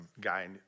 guy